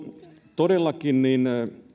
todellakin